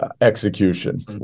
execution